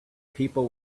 people